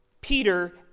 Peter